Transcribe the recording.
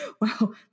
Wow